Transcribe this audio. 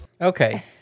Okay